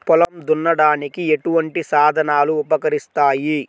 పొలం దున్నడానికి ఎటువంటి సాధనలు ఉపకరిస్తాయి?